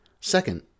Second